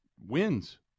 wins